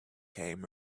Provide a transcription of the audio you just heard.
came